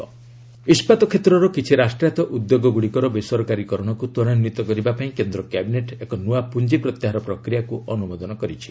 cabinet disinvestment ଇସ୍କାତ କ୍ଷେତ୍ରର କିଛି ରାଷ୍ଟ୍ରାୟତ୍ତ ଉଦ୍ୟୋଗଗୁଡ଼ିକର ବେସରକାରୀକରଣକୁ ତ୍ୱରାନ୍ଧିତ କରିବା ପାଇଁ କେନ୍ଦ୍ର କ୍ୟାବିନେଟ୍ ଏକ ନୂଆ ପୁଞ୍ଜି ପ୍ରତ୍ୟାହାର ପ୍ରକ୍ରିୟାକୁ ଅନୁମୋଦନ କରିଛି